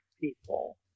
people